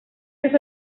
verse